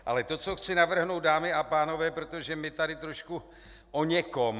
Ale to, co chci navrhnout, dámy a pánové, protože my tady trošku o někom.